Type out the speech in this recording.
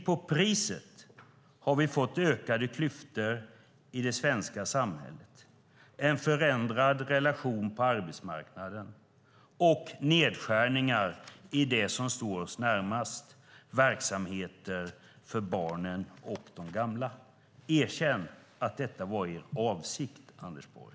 På köpet har vi fått ökade klyftor i det svenska samhället, en förändrad relation på arbetsmarknaden och nedskärningar i det som står oss närmast, nämligen verksamheter för barnen och de gamla. Erkänn att detta var er avsikt, Anders Borg!